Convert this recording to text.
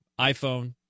iPhone